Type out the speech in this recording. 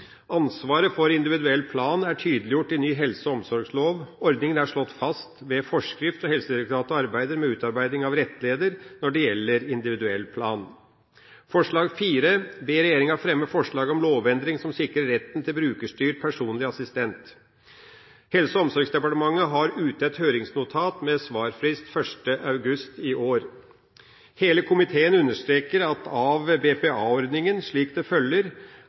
Ansvaret for individuell plan er tydeliggjort i ny helse- og omsorgslov. Ordninga er slått fast ved forskrift, og Helsedirektoratet arbeider med utarbeiding av rettleder når det gjelder individuell plan. Forslag nr. 4: Å be regjeringa fremme forslag til lovendring som sikrer retten til brukerstyrt personlig assistent. Helse- og omsorgsdepartementet har ute et høringsnotat med svarfrist 1. august i år. Hele komiteen understreker at BPA-ordninga er slik at det